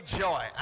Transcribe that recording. joy